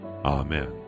Amen